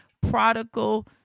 prodigal